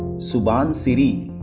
subansiri,